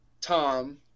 Tom